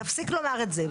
תפסיק לומר את זה.